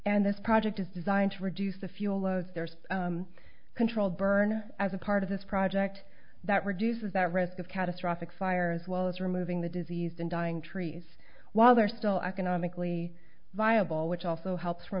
and this project is designed to reduce the fuel load there's a controlled burn as a part of this project that reduces that risk of catastrophic fire as well as removing the diseased and dying trees while they're still economically viable which also helps